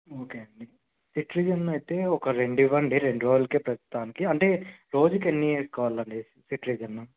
okay అండి cetirizine అయితే ఒక రెండు ఇవ్వండి రెండు రోలుకే ప్రస్తుతానికి అంటే రోజుకి ఎన్ని వేసుకోవాలి అండి సిట్రిజన్